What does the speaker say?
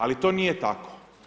Ali to nije tako.